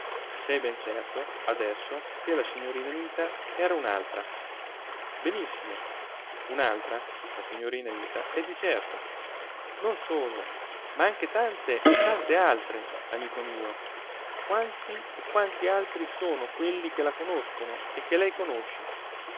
sei ben certo adesso che la signorina anita era un'altra benissimo un'altra la signorina anita è di certo non solo ma anche tante e tante altre amico mio quanti e quanti altri son quelli che la conoscono e che lei conosce